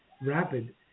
rapid